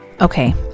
Okay